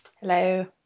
Hello